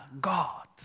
God